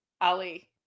Ali